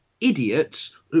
idiots